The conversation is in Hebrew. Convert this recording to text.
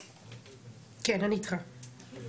כן, אני איתך.